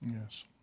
Yes